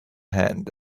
hand